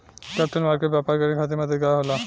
capital market व्यापार करे खातिर मददगार होला